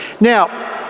Now